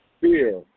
Fear